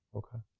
okay.